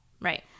Right